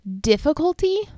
difficulty